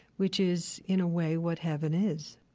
which is, in a way, what heaven is.